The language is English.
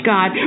God